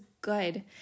good